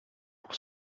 pour